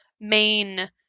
main